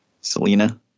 Selena